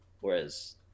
Whereas